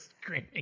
Screaming